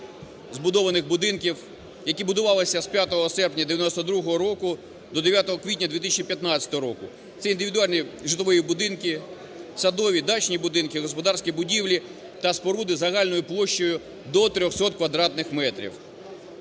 збудованих будинків, які будувалися з 5 серпня 1992 року до 9 квітня 2015 року. Це індивідуальні житлові будинки, садові, дачні будинки, господарські будівлі та споруди загальною площею до 300 квадратних метрів.